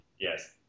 Yes